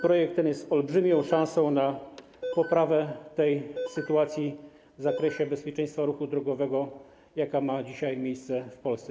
Projekt ten jest olbrzymią szansą na poprawę sytuacji w zakresie bezpieczeństwa ruchu drogowego, jaka dzisiaj ma miejsce w Polsce.